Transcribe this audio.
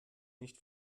nicht